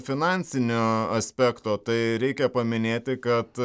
finansinio aspekto tai reikia paminėti kad